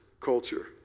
culture